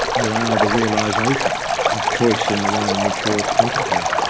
allow the realisation of choice in the way in which you're contemplating?